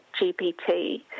GPT